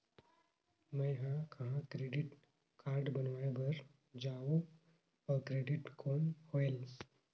मैं ह कहाँ क्रेडिट कारड बनवाय बार जाओ? और क्रेडिट कौन होएल??